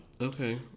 Okay